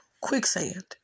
quicksand